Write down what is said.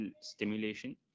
stimulation